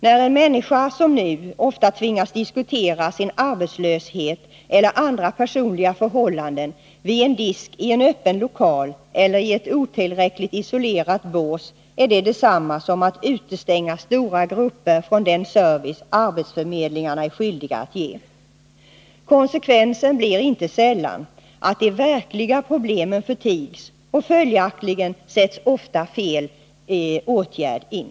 När som nu en människa ofta tvingas diskutera sin arbetslöshet eller andra personliga förhållanden vid en disk i en öppen lokal eller i ett otillräckligt isolerat bås, är det detsamma som att utestänga stora grupper från den service arbetsförmedlingarna är skyldiga att ge. Konsekvensen blir inte sällan att de verkliga problemen förtigs, och följaktligen sätts ofta fel åtgärd in.